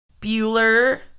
Bueller